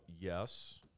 Yes